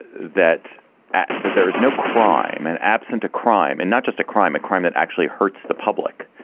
that that there was no crime and absent a crime and not just a crime, a crime that actually hurts the public.